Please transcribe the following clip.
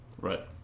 Right